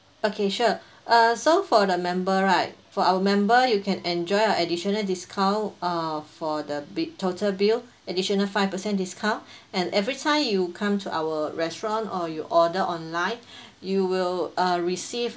okay sure uh so for the member right for our member you can enjoy a additional discount uh for the bi~ total bill additional five percent discount and every time you come to our restaurant or you order online you will uh receive